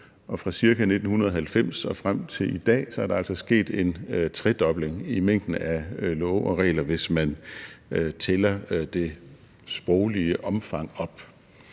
ca. 1990 og frem til i dag er der altså sket en tredobling i mængden af love og regler, hvis man tæller det sproglige omfang op.